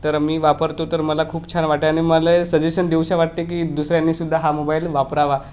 तर मी वापरतो तर मला खूप छान वाटते आ आणि मले सजेशन देऊशी वाटते की दुसऱ्यांनी सुद्धा हा मोबाईल वापरावा